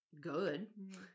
good